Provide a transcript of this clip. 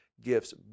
gifts